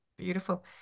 beautiful